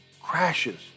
crashes